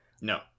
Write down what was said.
No